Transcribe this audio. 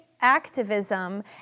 activism